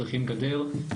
צריכים גדר.